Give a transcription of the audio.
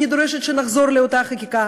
אני דורשת שנחזור לאותה חקיקה,